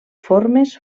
formes